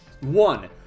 One